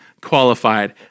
qualified